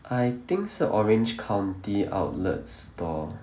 I think 是 orange county outlet store